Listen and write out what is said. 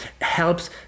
helps